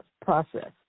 process